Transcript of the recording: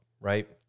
Right